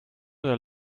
oder